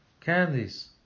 candies